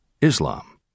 Islam